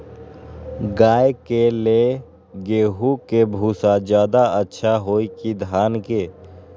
गाय के ले गेंहू के भूसा ज्यादा अच्छा होई की धान के?